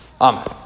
Amen